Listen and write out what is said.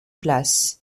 place